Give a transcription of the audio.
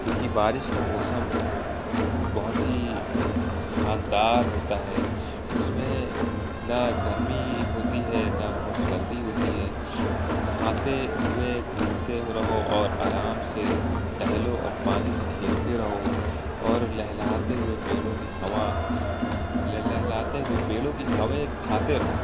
کیونکہ بارش کا موسم بہت ہی شاندار ہوتا ہے اس میں نہ گرمی ہوتی ہے نہ بہت سردی ہوتی ہے نہاتے ہوئے گھومتے رہو اور آرام سے ٹہلو اور پانی سے کھیلتے رہو اور لہلاتے ہوئے پیڑوں کی ہوا لہلاتے ہوئے پیڑوں کی ہوا کھاتے رہو